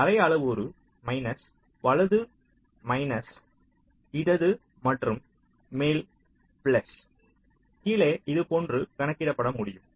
அரை அளவுரு வலது மைனஸ் இடது மற்றும் மேல் மைனஸ் கீழே இதுபோன்று கணக்கிடபட முடியும்